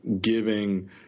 giving